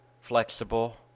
flexible